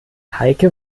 heike